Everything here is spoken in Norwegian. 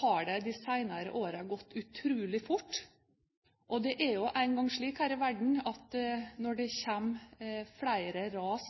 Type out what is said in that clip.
har det de senere årene gått utrolig fort. Og det er jo engang slik her i verden at når det kommer flere ras